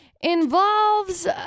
involves